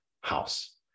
house